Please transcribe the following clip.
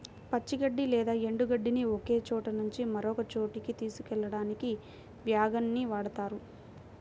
పచ్చి గడ్డి లేదా ఎండు గడ్డిని ఒకచోట నుంచి మరొక చోటుకి తీసుకెళ్ళడానికి వ్యాగన్ ని వాడుతారు